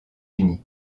unis